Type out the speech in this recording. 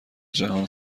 جهان